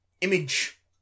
image